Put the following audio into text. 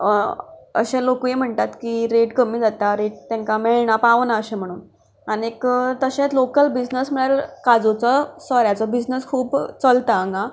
अशें लोकूय म्हणटात की रेट कमी जाता रेट तांकां मेळना पावना अशी म्हणून आनी तशेंच लोकल बिजनस म्हणल्यार काजूचो सोऱ्याचो बिजनस खूब चलता हांगा